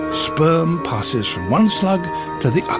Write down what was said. sperm passes from one slug to the